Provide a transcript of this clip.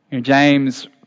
James